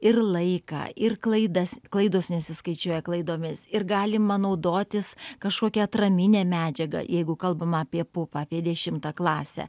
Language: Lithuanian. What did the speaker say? ir laiką ir klaidas klaidos nesiskaičiuoja klaidomis ir galima naudotis kažkokią atraminę medžiagą jeigu kalbama apie pupą apie dešimtą klasę